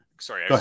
Sorry